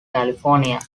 california